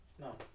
No